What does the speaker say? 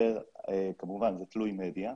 כמובן זה תלוי מדיה,